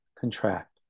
contract